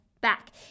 back